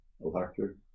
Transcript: electric